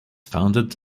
founded